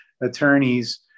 attorneys